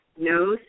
No